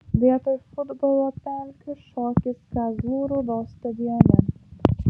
vietoj futbolo pelkių šokis kazlų rūdos stadione